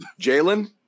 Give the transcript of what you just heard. jalen